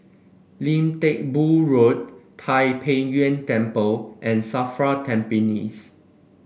Lim Teck Boo Road Tai Pei Yuen Temple and Safra Tampines